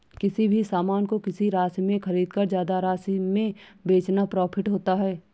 किसी भी सामान को किसी राशि में खरीदकर ज्यादा राशि में बेचना प्रॉफिट होता है